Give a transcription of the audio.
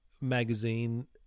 magazine